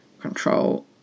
control